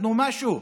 תנו משהו,